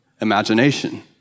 imagination